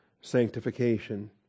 sanctification